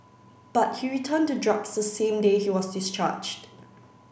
but he returned to drugs the same day he was discharged